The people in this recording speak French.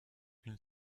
une